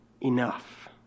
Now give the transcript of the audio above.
enough